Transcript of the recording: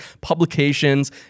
publications